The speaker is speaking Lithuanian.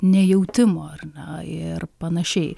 nejautimo ar na ir panašiai